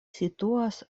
situas